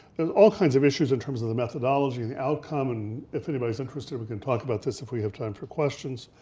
there's all kinds of issues in terms of the methodology, outcome, and if anybody's interested we can talk about this if we have time for questions.